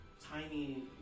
tiny